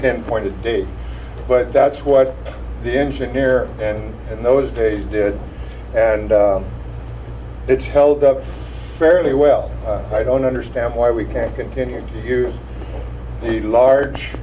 pinpoint to date but that's what the engineer and in those days did and it's held up fairly well i don't understand why we can't continue to use the large